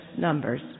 numbers